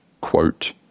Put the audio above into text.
quote